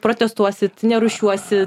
protestuosit nerūšiuosit